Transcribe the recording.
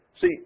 See